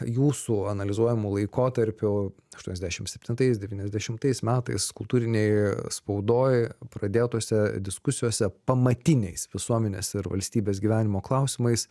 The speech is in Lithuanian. jūsų analizuojamu laikotarpiu aštuoniasdešim septintais devyniasdešimtais metais kultūrinėj spaudoj pradėtose diskusijose pamatiniais visuomenės ir valstybės gyvenimo klausimais